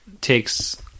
takes